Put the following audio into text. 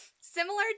Similar